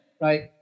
right